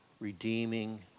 redeeming